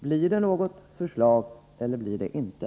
Blir det något förslag eller inte?